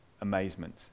amazement